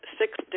six